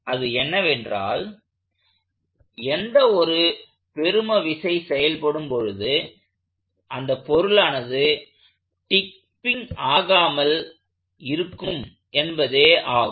அது என்னவென்றால் எந்த ஒரு பெரும விசை செயல்படும் பொழுது அந்த பொருளானது டிப்பிங் ஆகாமல் இருக்கும் என்பதே ஆகும்